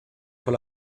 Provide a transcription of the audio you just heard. con